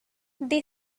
they